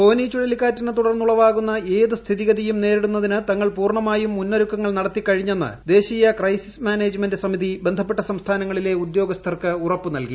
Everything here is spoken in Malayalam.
ഫോനി ചുഴലിക്കാറ്റിനെ തുടർന്ന് ഉളവാകുന്ന ഏത് സ്ഥിതിഗതിയും നേരിടുന്നതിന് തങ്ങൾ പൂർണ്ണമായും മുന്നോരുക്കങ്ങൾ നടത്തിക്കഴിഞ്ഞെന്ന് ദേശീയ ക്രൈസിസ്സ് മാനേജ്മെന്റ് സമിതി ബന്ധപ്പെട്ട സംസ്ഥാനങ്ങളിലെ ഉദ്യോഗസ്ഥർക്ക് ഉറപ്പ് നൽകി